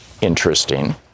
Interesting